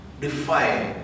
define